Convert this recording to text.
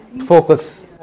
focus